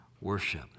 worship